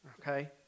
okay